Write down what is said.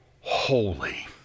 holy